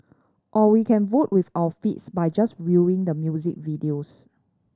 or we can vote with our feet by just viewing the music videos